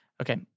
Okay